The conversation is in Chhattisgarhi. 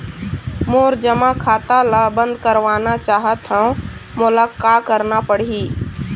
मोर जमा खाता ला बंद करवाना चाहत हव मोला का करना पड़ही?